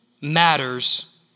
matters